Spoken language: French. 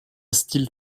style